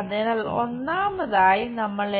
അതിനാൽ ഒന്നാമതായി നമ്മൾ